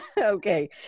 Okay